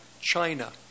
China